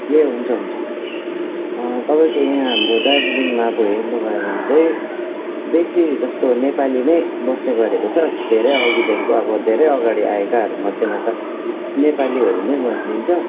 ए हुन्छ हुन्छ तपाईँको यहाँ हाम्रो दार्जिलिङमा अब हेर्नुभयो भने चाहिँ बेसी जस्तो नेपाली नै बस्दै गरेको छ धेरै अघिदेखिन्को अब धेरै अगाडि आएकाहरूमध्येमा त नेपालीहरू नै भनिन्छ